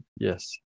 Yes